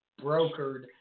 brokered